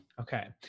Okay